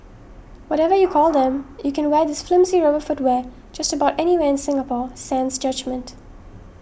whatever you call them you can wear this flimsy rubber footwear just about anywhere in Singapore sans judgement